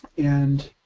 and